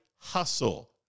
hustle